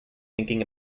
thinking